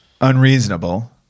unreasonable